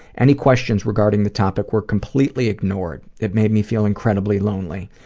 any questions regarding the topic were completely ignored. it made me feel incredibly lonely.